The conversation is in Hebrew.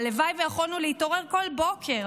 והלוואי ויכולנו להתעורר כל בוקר